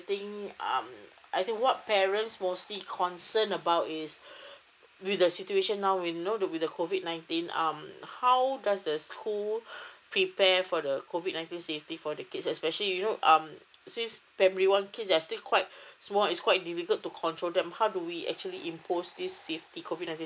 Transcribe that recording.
um I think what parents mostly concern about is with the situation now we know with the COVID nineteen um how does the school prepare for the COVID nineteen safety for the kids especially you um since primary one kids they're still quite small is quite difficult to control them how do we actually impose this safety COVID nineteen